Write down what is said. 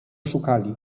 szukali